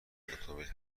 اتومبیل